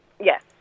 Yes